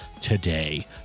today